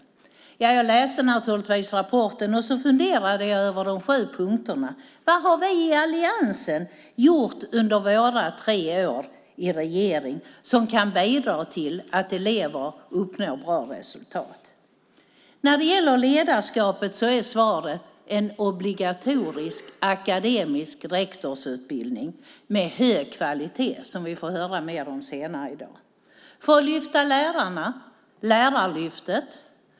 Jag läste naturligtvis rapporten, och så funderade jag över de sju punkterna. Vad har vi i alliansen gjort under våra tre år i regering som kan bidra till att elever uppnår bra resultat? När det gäller ledarskapet är svaret en obligatorisk, akademisk rektorsutbildning med hög kvalitet. Den får vi höra mer om senare i dag. För att lyfta lärare har vi Lärarlyftet.